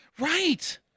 Right